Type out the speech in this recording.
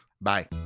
Bye